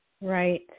Right